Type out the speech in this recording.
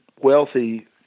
wealthy